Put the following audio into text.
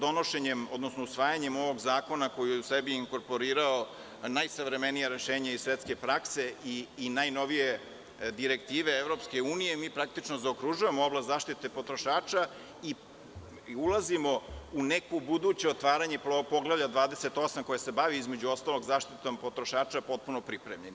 Donošenjem, odnosno usvajanjem ovog zakona koji je u sebi inkorporirao najsavremenija rešenja iz svetske prakse i najnovije direktive EU mi praktično zaokružujemo oblast zaštite potrošača i ulazimo u neko buduće otvaranje poglavlja 28, koje se bavi između ostalog i zaštitom potrošača, potpuno pripremljeni.